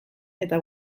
eta